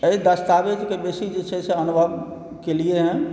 एहि दस्तावेजके बेसी जे छै से अनुभव केलिऐ हैं